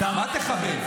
מה "תכבד"?